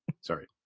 Sorry